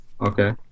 Okay